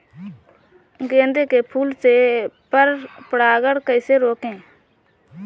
गेंदे के फूल से पर परागण कैसे रोकें?